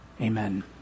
Amen